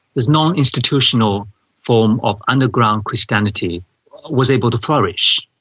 this non-institutional form of underground christianity was able to flourish,